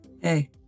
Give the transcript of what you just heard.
Hey